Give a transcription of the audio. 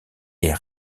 est